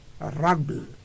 rugby